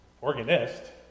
organist